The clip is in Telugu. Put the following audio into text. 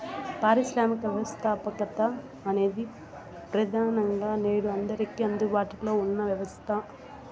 పారిశ్రామిక వ్యవస్థాపకత అనేది ప్రెదానంగా నేడు అందరికీ అందుబాటులో ఉన్న వ్యవస్థ